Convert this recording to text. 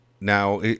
Now